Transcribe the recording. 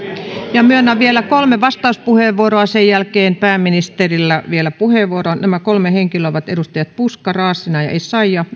myönnän vielä kolme vastauspuheenvuoroa ja sen jälkeen on pääministerillä vielä puheenvuoro nämä kolme henkilöä ovat edustajat puska raassina ja